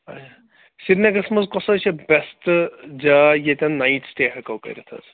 سریٖنگرَس منٛز کۄس حظ چھِ بیسٹ جاے ییٚتٮ۪ن نایِٹ سِٹے ہٮ۪کو کٔرِتھ حظ